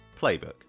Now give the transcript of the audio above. playbook